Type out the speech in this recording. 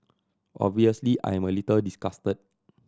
obviously I am a little disgusted